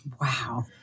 wow